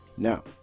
Now